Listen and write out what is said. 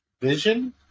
Vision